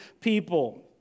people